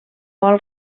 vol